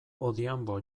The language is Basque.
odhiambo